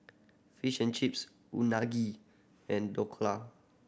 Fish and Chips Unagi and Dhokla